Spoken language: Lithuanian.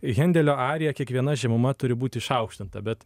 hendelio arija kiekviena žemuma turi būt išaukštinta bet